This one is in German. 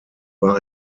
war